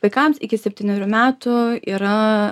vaikams iki septynerių metų yra